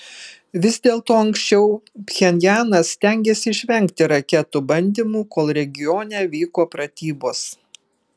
vis dėlto anksčiau pchenjanas stengėsi išvengti raketų bandymų kol regione vyko pratybos